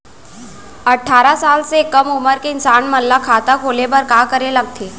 अट्ठारह साल से कम उमर के इंसान मन ला खाता खोले बर का करे ला लगथे?